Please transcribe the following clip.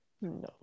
No